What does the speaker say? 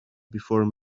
before